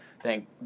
Thank